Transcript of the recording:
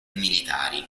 militari